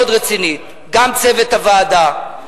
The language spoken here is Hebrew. מאוד רצינית, גם צוות הוועדה,